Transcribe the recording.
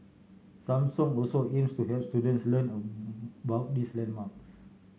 Samsung also aims to help students learn about these landmarks